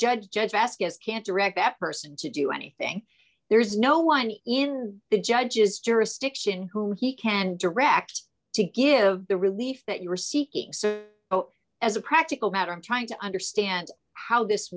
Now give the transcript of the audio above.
judge judge ask us can't direct that person to do anything there is no one in the judge's jurisdiction whom he can direct to give the relief that you are seeking out as a practical matter i'm trying to understand how this